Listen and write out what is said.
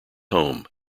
home